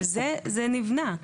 על זה זה נבנה.